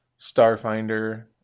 Starfinder